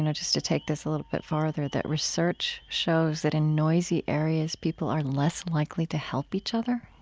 and just to take this a little bit farther, that research shows that in noisy areas people are less likely to help each other